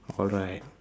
alright